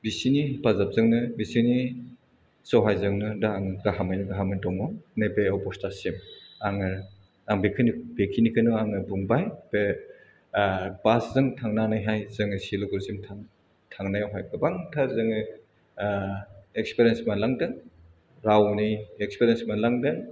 बिसिनि हेफाजोबजोंनो बेसिनि सहायजोंनो दा आङो गाहामै गाहामैनो दङ नैबे अबस्थासिम आङो आं बेखिनि बेखिनिखोनो आङो बुंबाइ बे आह बासजों थांनानैहाय जोङो सिलिगुरिसिम थां थांनायावहाय गोबांथार जोङो ओह एक्सपिरेयेन्स मोनलांदों गावनि एक्सपिरेन्स मोनलांदों